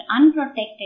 unprotected